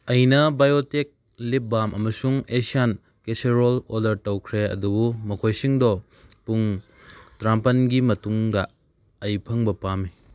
ꯑꯩꯅ Biotique lip balm ꯑꯃꯁꯨꯡ Asian casserole order ꯇꯧꯈ꯭ꯔꯦ ꯑꯗꯨꯕꯨ ꯃꯈꯣꯏꯁꯤꯡꯗꯣ ꯄꯨꯡ ꯇꯔꯥꯃꯥꯄꯟꯒꯤ ꯃꯇꯨꯡꯗ ꯑꯩ ꯐꯪꯕ ꯄꯥꯝꯃꯤ